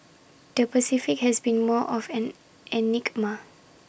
the Pacific has been more of an enigma